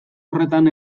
horretan